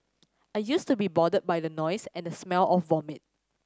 I used to be bothered by the noise and the smell of vomit